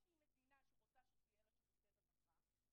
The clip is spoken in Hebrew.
או שהיא מדינה שרוצה שיהיו לה שירותי רווחה,